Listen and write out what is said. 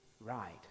right